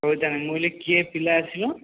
ହଉ ତାହାନେ ମୁଁ କହିଲି କିଏ ପିଲା ଆସିବ